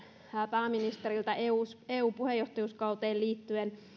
pääministeriltä eu puheenjohtajuuskauteen liittyen